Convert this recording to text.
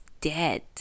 dead